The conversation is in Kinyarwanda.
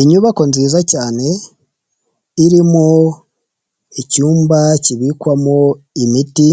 Inyubako nziza cyane, irimo icyumba kibikwamo imiti,